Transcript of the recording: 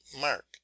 mark